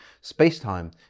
space-time